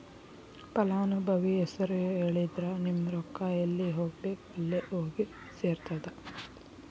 ಫಲಾನುಭವಿ ಹೆಸರು ಹೇಳಿದ್ರ ನಿಮ್ಮ ರೊಕ್ಕಾ ಎಲ್ಲಿ ಹೋಗಬೇಕ್ ಅಲ್ಲೆ ಹೋಗಿ ಸೆರ್ತದ